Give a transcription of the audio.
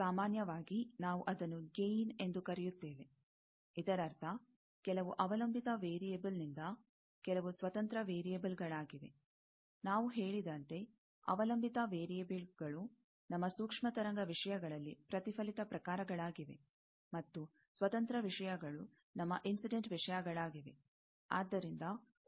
ಸಾಮಾನ್ಯವಾಗಿ ನಾವು ಅದನ್ನು ಗೈನ್ ಎಂದು ಕರೆಯುತ್ತೇವೆ ಇದರರ್ಥ ಕೆಲವು ಅವಲಂಬಿತ ವೇರಿಯೆಬಲ್ ನಿಂದ ಕೆಲವು ಸ್ವತಂತ್ರ ವೇರಿಯೆಬಲ್ಗಳಾಗಿವೆ ನಾವು ಹೇಳಿದಂತೆ ಅವಲಂಬಿತ ವೇರಿಯೆಬಲ್ಗಳು ನಮ್ಮ ಸೂಕ್ಷ್ಮ ತರಂಗ ವಿಷಯಗಳಲ್ಲಿ ಪ್ರತಿಫಲಿತ ಪ್ರಕಾರಗಳಾಗಿವೆ ಮತ್ತು ಸ್ವತಂತ್ರ ವಿಷಯಗಳು ನಮ್ಮ ಇನ್ಸಿಡೆಂಟ್ ವಿಷಯಗಳಾಗಿವೆ